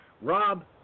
Rob